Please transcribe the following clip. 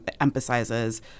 emphasizes